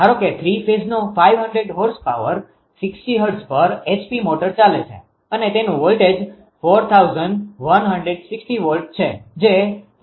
ધારો કે થ્રી ફેઝનો 500 હોર્સ પાવર 60 હર્ટ્ઝ પર hp મોટર ચાલે છે અને તેનું વોલ્ટેજ 4160 વોલ્ટ છે જે 4